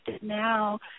now